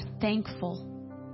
thankful